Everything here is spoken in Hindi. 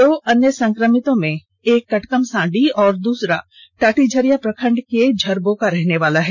दो अन्य संक्रमितों में एक कटकमसांडी और दूसरा टाटीझरिया प्रखण्ड के झरबो का रहने वाला है